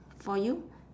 for you